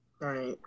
right